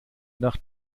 nach